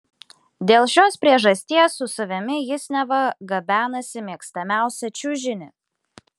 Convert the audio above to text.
dėl šios priežasties su savimi jis neva gabenasi mėgstamiausią čiužinį